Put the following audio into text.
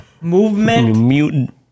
movement